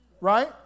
right